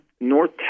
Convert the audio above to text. North